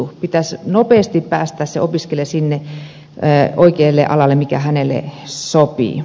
opiskelijan pitäisi nopeasti päästä sille oikealle alalle mikä hänelle sopii